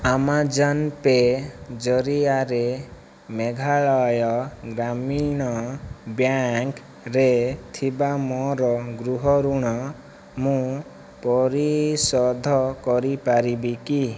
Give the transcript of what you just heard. Amazon Pay ଜରିଆରେ ମେଘାଳୟ ଗ୍ରାମୀଣ ବ୍ୟାଙ୍କରେ ଥିବା ମୋର ଗୃହ ଋଣ ମୁଁ ପରିଶୋଧ କରିପାରିବି କି